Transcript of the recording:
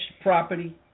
property